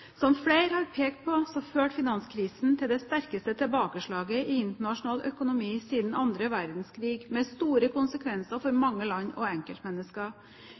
Som flere har pekt på, førte finanskrisen til det sterkeste tilbakeslaget i internasjonal økonomi siden andre verdenskrig, med store konsekvenser for mange land og enkeltmennesker.